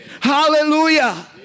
Hallelujah